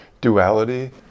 duality